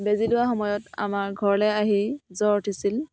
বেজি লোৱাৰ সময়ত আমাৰ ঘৰলে আহি জ্বৰ উঠিছিল